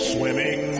Swimming